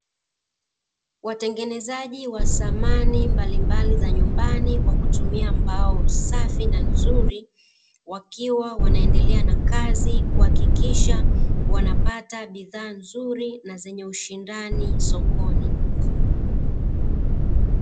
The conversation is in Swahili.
Watengenezaji wa samani mbalimbali za nyumbani kwa kutumia mbao safi na nzuri, wakiwa wanaendelea na kazi kuhakikisha wanapata bidhaa nzuri na zenye ushindani sokoni.